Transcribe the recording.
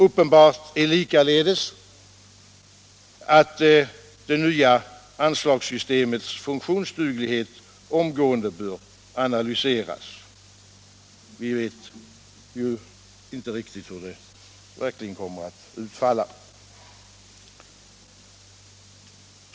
Uppenbart är forskning inom likaledes att det nya anslagssystemets funktionsduglighet omgående bör analyseras. Vi vet ju inte riktigt hur det verkligen kommer att utfalla.